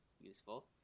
useful